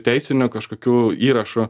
teisinių kažkokių įrašų